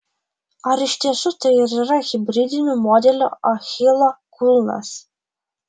ar iš tiesų tai ir yra hibridinių modelių achilo kulnas